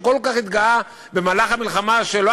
שהוא כל כך התגאה במהלך המלחמה שלא